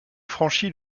franchit